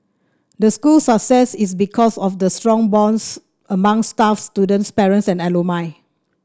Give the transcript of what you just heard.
the school's success is because of the strong bonds among staff students parents and alumni